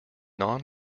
non